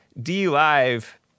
D-Live